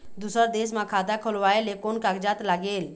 दूसर देश मा खाता खोलवाए ले कोन कागजात लागेल?